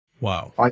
Wow